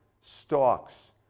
stalks